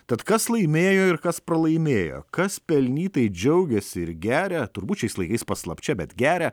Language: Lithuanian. tad kas laimėjo ir kas pralaimėjo kas pelnytai džiaugėsi ir geria turbūt šiais laikais paslapčia bet geria